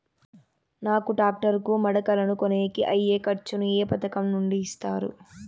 నాకు టాక్టర్ కు మడకలను కొనేకి అయ్యే ఖర్చు ను ఏ పథకం నుండి ఇస్తారు?